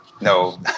no